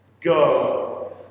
go